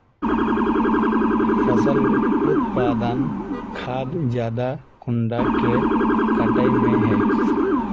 फसल उत्पादन खाद ज्यादा कुंडा के कटाई में है?